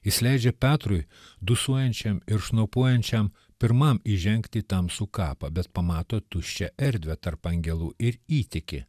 jis leidžia petrui dusuojančiam ir šnopuojančiam pirmam įžengti į tamsų kapą bet pamato tuščią erdvę tarp angelų ir įtiki